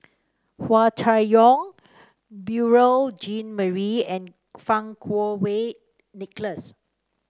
Hua Chai Yong Beurel Jean Marie and Fang Kuo Wei Nicholas